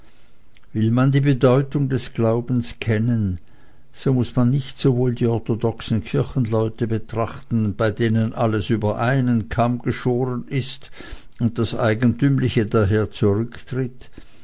will man die bedeutung des glaubens kennen so muß man nicht sowohl die orthodoxen kirchenleute betrachten bei denen alles über einen kamm geschoren ist und das eigentümliche daher zurücktritt